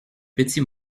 petits